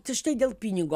tai štai dėl pinigo